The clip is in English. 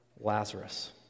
Lazarus